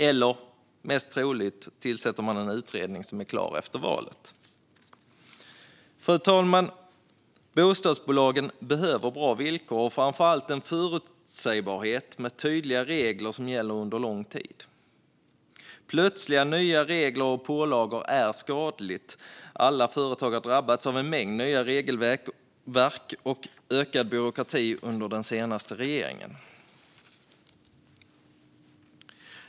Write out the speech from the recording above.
Eller, mest troligt, så tillsätter man en utredning som är klar efter valet. Fru talman! Bostadsbolagen behöver bra villkor och framför allt förutsägbarhet med tydliga regler som gäller under lång tid. Plötsliga nya regler och pålagor är skadliga. Alla företag har drabbats av en mängd nya regelverk och ökad byråkrati under den senaste regeringen.